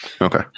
Okay